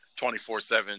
24-7